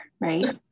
right